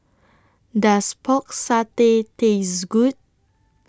Does Pork Satay Taste Good